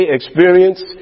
experience